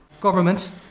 government